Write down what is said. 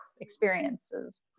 experiences